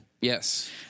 Yes